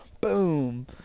Boom